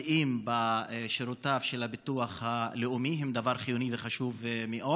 שמתבטאים בשירותיו של הביטוח הלאומי היא דבר חיוני וחשוב מאוד.